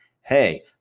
Hey